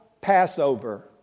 Passover